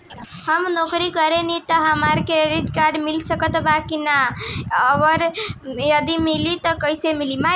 हम नौकरी करेनी त का हमरा क्रेडिट कार्ड मिल सकत बा की न और यदि मिली त कैसे मिली?